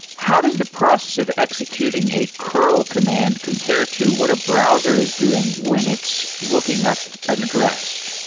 how does the process of executing a curl command compare to what a browser is doing when it's looking up an address?